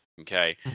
Okay